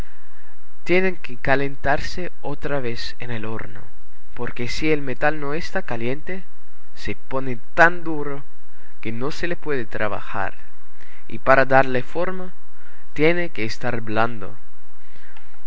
tienen que calentarse otra vez en el horno porque si el metal no está caliente se pone tan duro que no se le puede trabajar y para darle forma tiene que estar blando